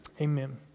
Amen